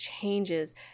changes